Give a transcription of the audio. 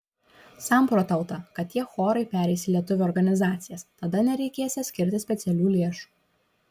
samprotauta kad tie chorai pereis į lietuvių organizacijas tada nereikėsią skirti specialių lėšų